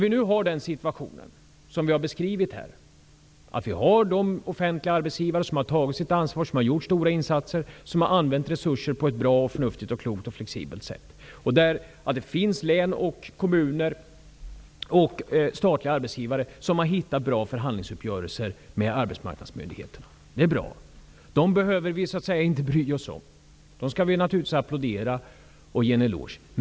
Vi har nu den situation som jag här har beskrivit. Det finns de offentliga arbetsgivare som har tagit sitt ansvar, gjort stora insatser och använt resurser på ett bra, förnuftigt, klokt och flexibelt sätt. Det finns också län, kommuner och statliga arbetsgivare som har hittat bra förhandlingsuppgörelser med arbetsmarknadsmyndigheterna. Det är bra. Dem behöver vi så att säga inte bry oss om. Dem skall vi naturligtvis applådera och ge en eloge.